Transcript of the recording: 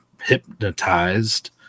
hypnotized